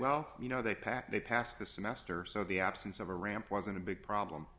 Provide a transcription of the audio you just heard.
well you know they pack they passed the semester so the absence of a ramp wasn't a big problem